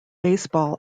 baseball